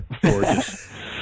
gorgeous